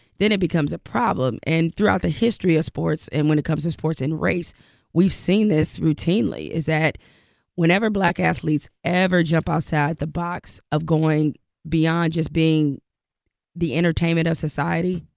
then it becomes a problem. and throughout the history of sports and when it comes to sports and race we've seen this routinely is that whenever black athletes ever jump outside the box of going beyond just being the entertainment of society,